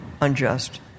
unjust